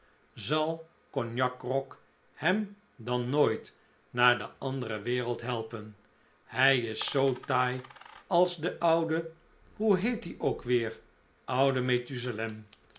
zal cognac grog hem dan nooit naar de andere wereld helpen hij is zoo taai als de oude hoe heet ie ook weer oude